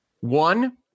One